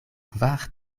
kvar